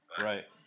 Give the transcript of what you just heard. Right